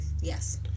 yes